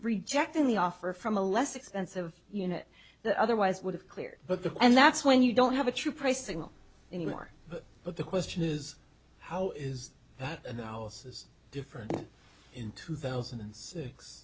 rejecting the offer from a less expensive unit that otherwise would have cleared but the and that's when you don't have a true pricing anymore but the question is how is the horses different in two thousand and six